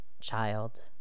child